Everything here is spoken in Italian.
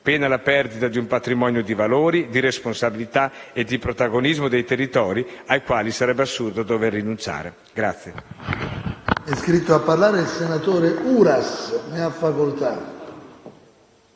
pena la perdita di un patrimonio di valori, di responsabilità e di protagonismo dei territori, ai quali sarebbe assurdo dover rinunciare.